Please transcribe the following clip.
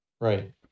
Right